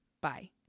Bye